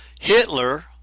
Hitler